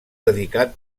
dedicat